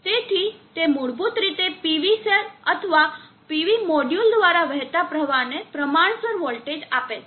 તેથી તે મૂળભૂત રીતે PV સેલ અથવા PV મોડ્યુલ દ્વારા વહેતા પ્રવાહને પ્રમાણસર વોલ્ટેજ આપે છે